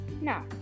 now